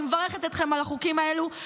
אני מברכת אתכם על החוקים האלה,